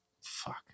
fuck